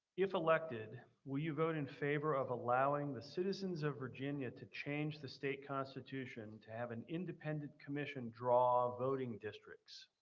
if elected will you vote in favor of allowing the citizens of virginia to change the state constitution to have an independent commission draw voting districts.